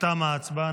תמה ההצבעה.